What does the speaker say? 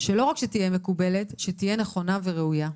שלא רק שתהיה מקובלת אלא תהיה נכונה וראויה.